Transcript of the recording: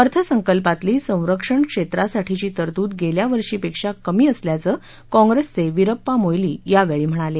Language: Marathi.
अर्थसंकल्पातली संरक्षण क्षेत्रासाठीची तरतूद गेल्या वर्षीपेक्षा कमी असल्याचं काँग्रेसचे विरप्पा मोईली यावेळी म्हणाले